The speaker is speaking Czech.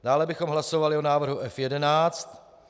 Dále bychom hlasovali o návrhu F11.